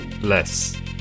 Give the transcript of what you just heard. Less